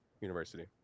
University